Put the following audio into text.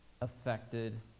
affected